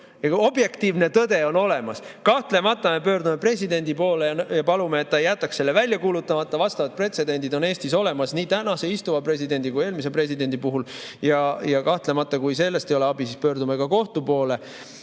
Ka objektiivne tõde on olemas. Kahtlemata me pöördume presidendi poole ja palume, et ta jätaks selle välja kuulutamata. Pretsedendid on Eestis olemas nii praeguse presidendi kui eelmise presidendi puhul. Ja kahtlemata, kui sellest ei ole abi, siis pöördume kohtu poole. Ja